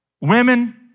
women